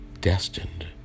destined